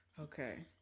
Okay